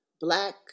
black